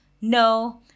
No